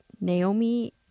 Naomi